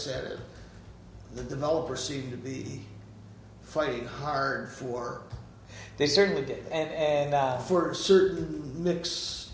said the developer seemed to be fighting hard for they certainly did and for certain mix